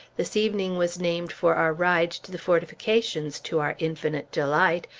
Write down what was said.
this evening was named for our ride to the fortifications, to our infinite delight,